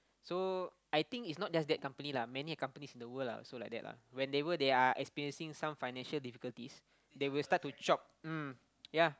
so I think is not just that company lah many companies in the world are also like that lah whenever they are experiencing some financial difficulties they will start to chop mm ya